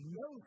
no